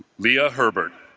leah herbert,